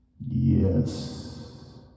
Yes